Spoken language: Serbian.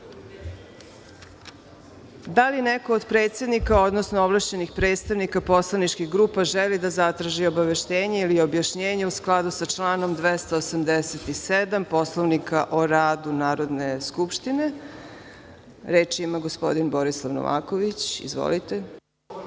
li neko od predsednika, odnosno ovlašćenih predstavnika poslaničkih grupa želi da zatraži obaveštenje ili objašnjenje, u skladu sa članom 287. Poslovnika o radu Narodne skupštine? Reč ima gospodin Borislav Novaković. Izvolite.